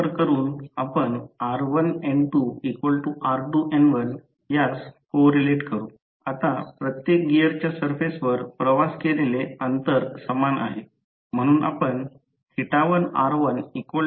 म्हणून नंतर पहा स्टेटर मधून किंवा हवेच्या अंतरा द्वारे रोटर मध्ये शक्ती प्रसारित होते तर आता स्टॅटर मध्ये स्टील च्या फ्रेम चा समावेश आहे ज्यामध्ये स्टॅक लॅमिनेशन च्या वरील पोकळ दंडगोलाकार रॉड ला जोडलेले आहे